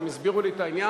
והם הסבירו לי את העניין,